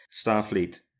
Starfleet